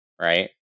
Right